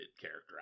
character